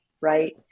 Right